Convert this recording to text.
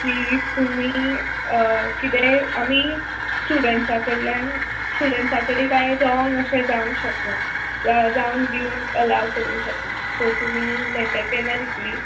की तुमी कितेय आमी स्टुडंटसा कडल्यान स्टूडंसा कडेन काय व्रॉंग अशे जावंक शकना जावंक दिवंक अलाव करूंक शकना सो तुमी लॅटर केन्ना दितली